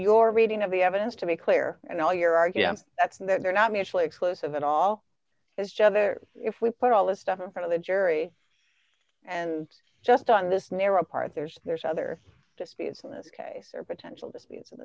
your reading of the evidence to make clear and all your argue that's that they're not mutually exclusive at all as jether if we put all this stuff in front of the jury and just on this narrow part there's there's other disputes in this case or potential disputes